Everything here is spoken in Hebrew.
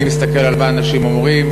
אני מסתכל על מה שאנשים אומרים,